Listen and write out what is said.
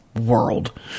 world